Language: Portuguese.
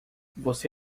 você